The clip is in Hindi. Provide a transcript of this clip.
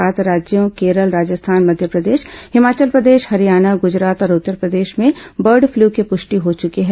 सात राज्यों केरल राजस्थान मध्यप्रदेश हिमाचल प्रदेश हरियाणा गुजरात और उत्तरप्रदेश में बर्ड फ्लू की पुष्टि हो चुकी है